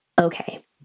Okay